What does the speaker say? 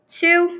two